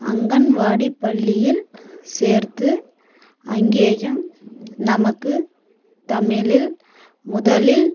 அங்கன்வாடி பள்ளியில் சேர்த்து அங்கேயும் நமக்கு தமிழில் முதலில்